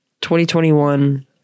2021